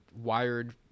wired